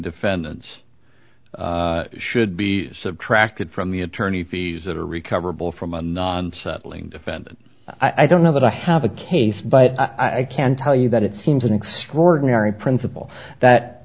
defendants should be subtracted from the attorney fees that are recoverable from a non settling defendant i don't know that i have a case but i can tell you that it seems an extraordinary principle that